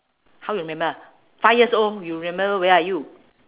how you remember five years old you remember where are you